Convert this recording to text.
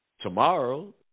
Tomorrow